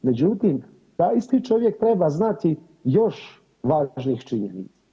Međutim, taj isti čovjek treba znati još važnih činjenica.